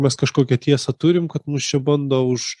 mes kažkokią tiesą turim kad mus čia bando už